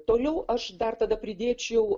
toliau aš dar tada pridėčiau